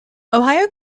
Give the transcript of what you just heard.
ohio